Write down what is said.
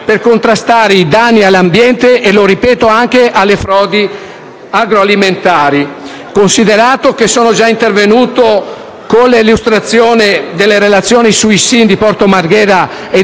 per contrastare i danni all'ambiente e le frodi agroalimentari. Considerato che sono già intervenuto in sede di illustrazione delle relazioni del SIN di Porto Marghera e